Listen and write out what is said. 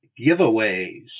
giveaways